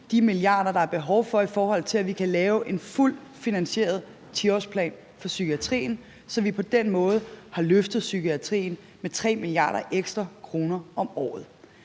de milliarder, der er behov for, for at vi kan lave en fuldt finansieret 10-årsplan for psykiatrien, så vi på den måde har løftet psykiatrien med 3 mia. kr. ekstra om året.